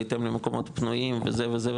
בהתאם למקומות פנויים וזה וזה,